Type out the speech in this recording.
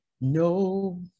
No